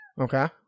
Okay